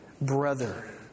Brother